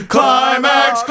Climax